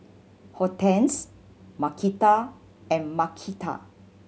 Hortense Markita and Marquita